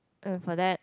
uh for that